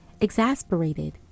Exasperated